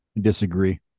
Disagree